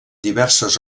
diverses